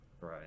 Right